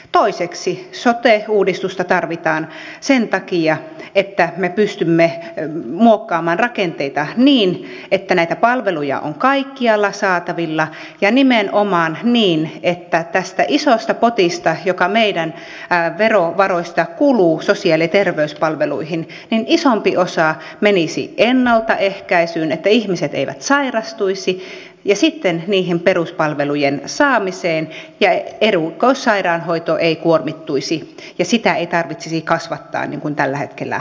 toiseksi sote uudistusta tarvitaan sen takia että me pystymme muokkaamaan rakenteita niin että näitä palveluja on kaikkialla saatavilla ja nimenomaan niin että tästä isosta potista joka meidän verovaroistamme kuluu sosiaali ja terveyspalveluihin isompi osa menisi ennaltaehkäisyyn että ihmiset eivät sairastuisi ja sitten niiden peruspalvelujen saamiseen ja erikoissairaanhoito ei kuormittuisi ja sitä ei tarvitsisi kasvattaa niin kuin tällä hetkellä käy